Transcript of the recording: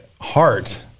heart